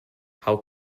how